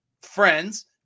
friends